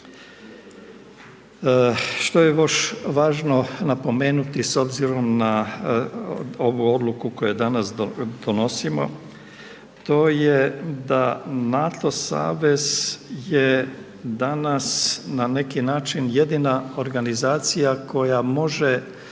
Što je još važno napomenuti s obzirom na ovu odluku koju danas donosimo, to je da NATO savez je danas na neki način jedina organizacija koja može